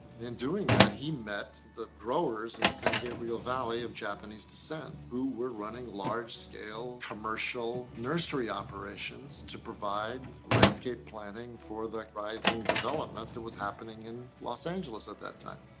and doing that, he met the growers in the san gabriel valley of japanese descent, who were running large-scale commercial nursery operations to provide landscape planning for the rising development that was happening in los angeles at that time.